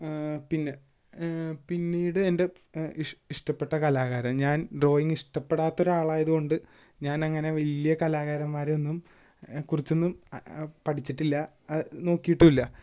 പിന്നെ പിന്നീട് എന്റെ ഇഷ് ഇഷ്ട്ടപ്പെട്ട കലാകാരന് ഞാന് ഡ്രോയിങ്ങിഷ്ട്ടപ്പെടാത്ത ഒരാളായതുകൊണ്ട് ഞാനങ്ങനെ വലിയ കലാകാരന്മാരെയൊന്നും കുറിച്ചൊന്നും പഠിച്ചിട്ടില്ല അത് നോക്കിയിട്ടുമില്ല